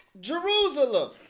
Jerusalem